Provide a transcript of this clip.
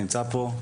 נמצא פה.